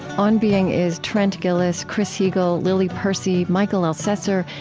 on being is trent gilliss, chris heagle, lily percy, mikel elcessor,